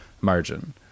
Margin